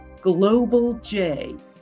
globalj